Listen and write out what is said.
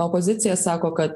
opozicija sako kad